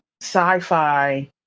sci-fi